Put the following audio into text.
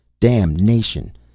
Damnation